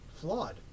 flawed